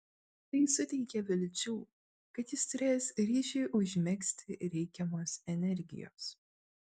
tai suteikė vilčių kad jis turės ryšiui užmegzti reikiamos energijos